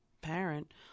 parent